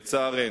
לצערנו.